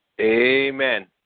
Amen